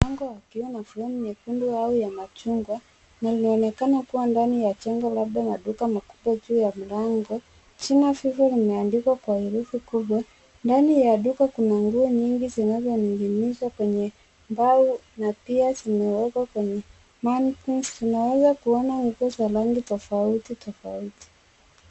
Mlango ukiwa na fremu nyekundu au ya machungwa na linaonekna kuwa ndani ya jengo labda maduka makubwa ikiwa ya milango. Jina FEVER limeandikwa kwa herufi kubwa. Ndani ya duka kuna nguo nyingi zanazonong'inizwa kwenye mbao na pia zimewekwa kwenye manequinns . Tunaweza kuona uso za rangi tofautitofauti.